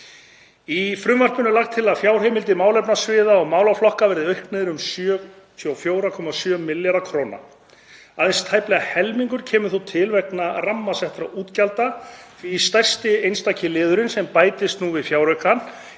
Í frumvarpinu er lagt til að fjárheimildir málefnasviða og málaflokka verði auknar um 74,7 milljarða kr. Aðeins tæplega helmingur kemur þó til vegna rammasettra útgjalda, því stærsti einstaki liðurinn sem bætist nú við fjáraukann